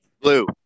Blue